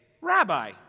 Rabbi